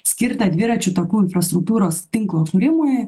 skirta dviračių takų infrastruktūros tinklo kūrimui